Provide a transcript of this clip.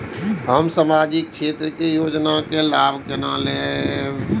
हम सामाजिक क्षेत्र के योजना के लाभ केना लेब?